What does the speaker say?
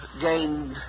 gained